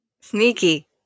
Sneaky